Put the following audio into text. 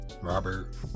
Robert